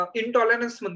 intolerance